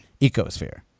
ecosphere